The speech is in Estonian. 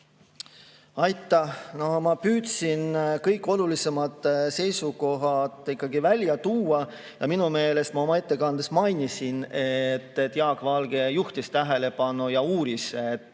Aitäh! No ma püüdsin kõik olulisemad seisukohad ikkagi välja tuua. Minu meelest ma oma ettekandes mainisin, et Jaak Valge juhtis tähelepanu sellele